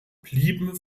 blieben